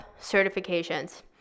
certifications